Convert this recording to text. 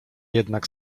jednak